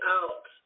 out